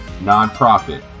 nonprofit